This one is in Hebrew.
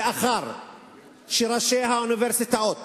לאחר שראשי האוניברסיטאות